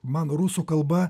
man rusų kalba